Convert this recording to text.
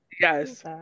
Yes